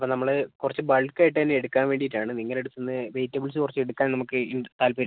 അപ്പം നമ്മൾ കുറച്ച് ബൾക്ക് ആയിട്ട് തന്നെ എടുക്കാൻ വേണ്ടിയിട്ട് ആണ് നിങ്ങളുടെ അടുത്ത് നിന്ന് വെജിറ്റബിൾസ് കുറച്ച് എടുക്കാൻ നമുക്ക് താൽപര്യം